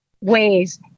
ways